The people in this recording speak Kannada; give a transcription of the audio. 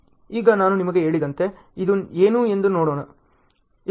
ಈಗ ನಾನು ನಿಮಗೆ ಹೇಳಿದಂತೆ ಇದು ಏನು ಎಂದು ನೋಡೋಣ